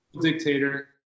dictator